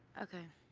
okay.